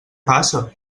passa